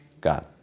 God